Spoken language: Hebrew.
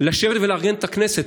לשבת ולארגן את הכנסת.